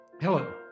Hello